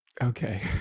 Okay